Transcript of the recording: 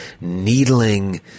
needling